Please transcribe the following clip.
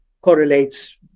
correlates